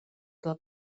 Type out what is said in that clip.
del